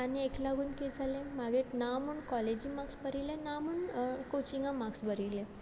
आनी हेक लागून कित जालें मागीर ना म्हूण कॉलेजीं मार्क्स बर येले ना म्हूण कोचिंगा मार्क्स बर येले